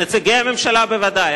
נציגי הממשלה, בוודאי.